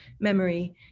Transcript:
memory